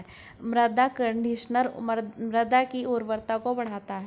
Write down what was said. मृदा कंडीशनर मृदा की उर्वरता को बढ़ाता है